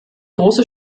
große